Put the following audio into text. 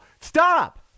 stop